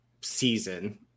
season